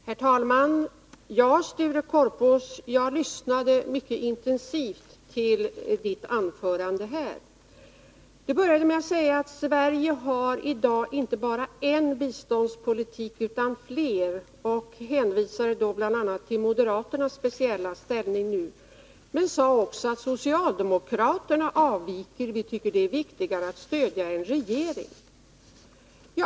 Herr talman! Ja, Sture Korpås, jag lyssnade mycket intensivt till anförandet. Sture Korpås började med att säga att Sverige i dag inte bara har en biståndspolitik utan flera. Han hänvisade då till moderaternas speciella ställning nu, men sade också att socialdemokraterna avviker. Socialdemokraterna tycker att det är viktigare att stödja en regering, sade han.